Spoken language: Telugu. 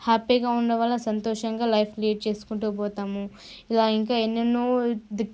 హ్యాపీగా ఉండడం వల్ల సంతోషంగా లైఫ్ లీడ్ చేసుకుంటూ పోతాము ఇలా ఇంకా ఎన్నో ఎన్నెన్నో